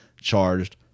charged